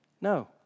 No